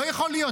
לא יכול להיות.